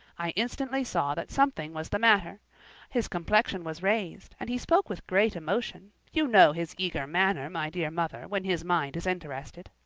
i instantly saw that something was the matter his complexion was raised, and he spoke with great emotion you know his eager manner, my dear mother, when his mind is interested.